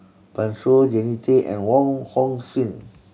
Pan Shou Jannie Tay and Wong Hong Suen